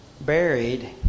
buried